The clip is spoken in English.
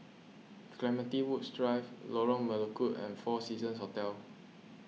Clementi Woods Drive Lorong Melukut and four Seasons Hotel